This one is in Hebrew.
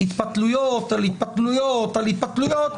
התפתלויות על התפתלויות על התפתלויות,